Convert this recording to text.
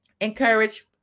encourage